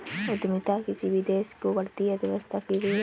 उद्यमिता किसी भी देश की बढ़ती अर्थव्यवस्था की रीढ़ है